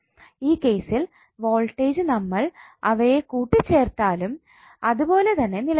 ഈ കേസിൽ വോൾട്ടേജ് നമ്മൾ അവയെ കൂട്ടിച്ചേർത്താലും അതുപോലെതന്നെ നിലനിൽക്കും